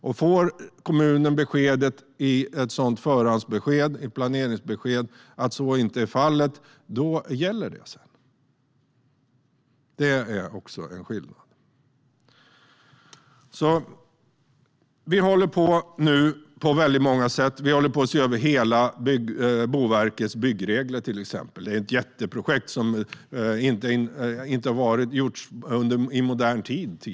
Om kommunen får besked i ett sådant förhands eller planeringsbesked att så inte är fallet gäller det sedan. Det är också en skillnad. Vi håller på nu på väldigt många sätt. Vi håller till exempel på att se över hela Boverkets regelverk för byggande. Det är ett jätteprojekt som inte har gjorts tidigare i modern tid.